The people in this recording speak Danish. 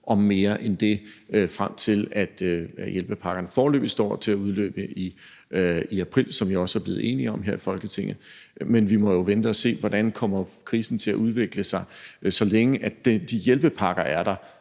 om mere end det, frem til at hjælpepakkerne foreløbig står til at udløbe i april, som vi også er blevet enige om her i Folketinget. Men vi må jo vente og se, hvordan krisen kommer til at udvikle sig. Så længe de hjælpepakker er der,